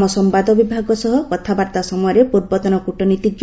ଆମ ସମ୍ଭାଦ ବିଭାଗ ସହ କଥାବାର୍ତ୍ତା ସମୟରେ ପୂର୍ବତନ କ୍ରଟନୀତିଜ୍ଞ